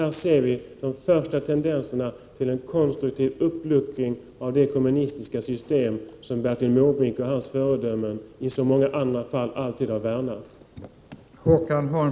Vi ser de första tendenserna till en konstruktiv uppluckring av det kommunistiska system som Bertil Måbrink och hans föredömen i så många andra fall alltid har värnat om.